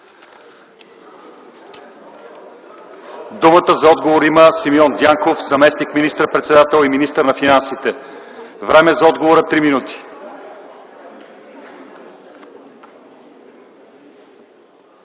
Думата за отговор има Симеон Дянков – заместник министър-председател и министър на финансите. Време за отговор – 3 минути.